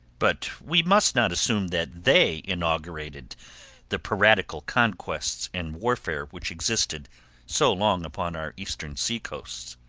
but we must not assume that they inaugurated the piratical conquests and warfare which existed so long upon our eastern seacoasts.